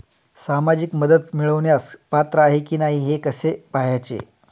सामाजिक मदत मिळवण्यास पात्र आहे की नाही हे कसे पाहायचे?